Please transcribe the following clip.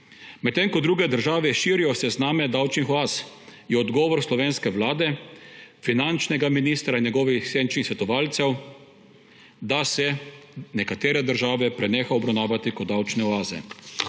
Medtem ko druge države širijo sezname davčnih oaz, je odgovor slovenske Vlade, finančnega ministra in njegovih senčnih svetovalcev, da se nekatere države preneha obravnavati kot davčne oaze.